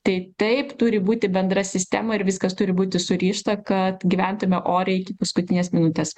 tai taip turi būti bendra sistema ir viskas turi būti surišta kad gyventume oriai iki paskutinės minutės